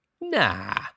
Nah